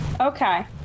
Okay